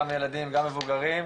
גם ילדים וגם מבוגרים,